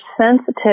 sensitive